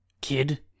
Kid